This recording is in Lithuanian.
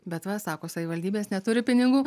bet va sako savivaldybės neturi pinigų